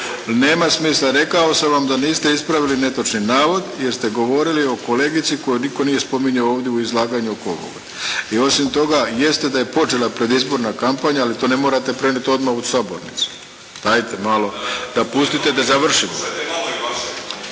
Nema smisla. Rekao sam vam da niste ispravili netočni navod jer ste govorili o kolegici koju nitko nije spominjao ovdje u izlaganju oko ovoga. I osim toga jeste da je počela predizborna kampanja ali to ne morate prenijeti odmah u sabornicu. Dajte malo, dopustite da završim.